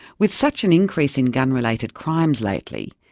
with such an increase in gun-related crimes lately,